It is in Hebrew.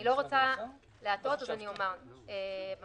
אני רוצה להבין מה זה אומר תשומות שוטפות, מה